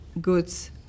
goods